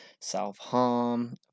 self-harm